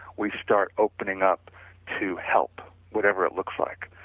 we start opening up to help whatever it looks like.